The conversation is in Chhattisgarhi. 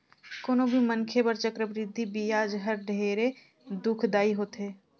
कोनो भी मनखे बर चक्रबृद्धि बियाज हर ढेरे दुखदाई होथे